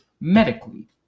medically